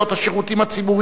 השירותים הציבוריים,